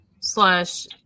slash